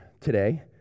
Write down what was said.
today